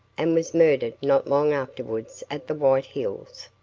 and was murdered not long afterwards at the white hills.